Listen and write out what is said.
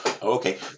Okay